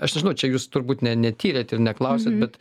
aš nežinau čia jūs turbūt ne netyrėt ir neklausėt bet